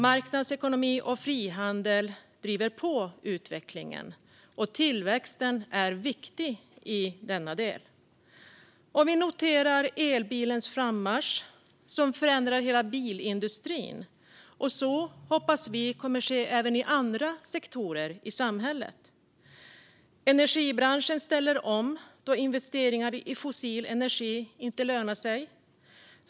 Marknadsekonomi och frihandel driver på utvecklingen, och tillväxten är viktig i denna del. Vi noterar att elbilens frammarsch förändrar hela bilindustrin. Så hoppas vi ska ske även i andra sektorer i samhället. Energibranschen ställer om, då investeringar i fossil energi inte lönar sig.